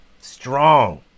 strong